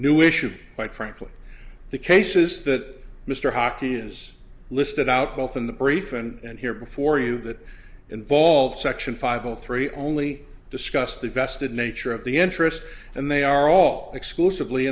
new issue quite frankly the cases that mr hockey is listed out both in the brief and here before you that involve section five all three only discuss the vested nature of the interest and they are all exclusively